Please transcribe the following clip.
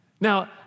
Now